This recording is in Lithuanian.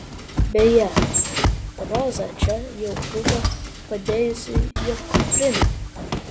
beje roza čia jau buvo padėjusi jo kuprinę